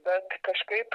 bet kažkaip